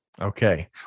Okay